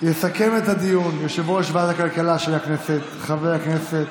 יסכם את הדיון יושב-ראש ועדת הכלכלה של הכנסת חבר הכנסת